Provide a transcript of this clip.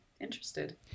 interested